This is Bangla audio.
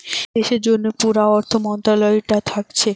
দেশের জন্যে পুরা অর্থ মন্ত্রালয়টা থাকছে